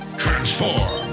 transform